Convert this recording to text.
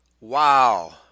Wow